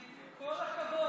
כל הכבוד.